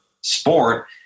sport